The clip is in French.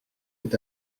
est